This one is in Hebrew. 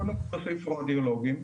קודם כל, הוסיפו רדיולוגים,